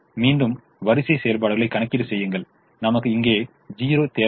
மீண்டும் வரிசை செயல்பாடுகளைச் கணக்கீடு செய்யுங்கள் நமக்கு இங்கே 0 தேவை ஆகும்